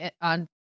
on